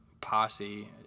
posse